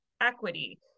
equity